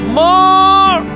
more